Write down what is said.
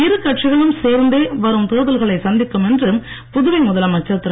இரு கட்சிகளும் சேர்ந்தே வரும் தேர்தல்களை சந்திக்கும் என்று புதுவை முதலமைச்சர் திரு